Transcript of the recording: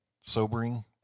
sobering